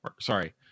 Sorry